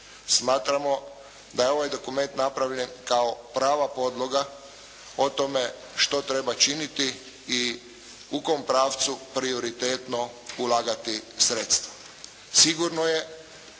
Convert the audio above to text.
Smatramo da je ovaj dokument napravljen kao prava podloga o tome što treba činiti i u kom pravcu prioritetno ulagati sredstva. Sigurno je